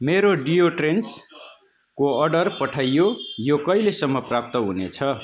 मेरो डियोड्रेन्टसको अर्डर पठाइयो यो कहिलेसम्म प्राप्त हुनेछ